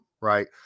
right